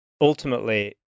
ultimately